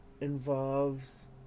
involves